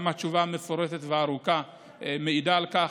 גם התשובה המפורטת והארוכה מעידה על כך.